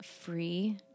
free